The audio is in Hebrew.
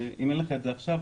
אם אין לך את זה עכשיו,